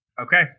Okay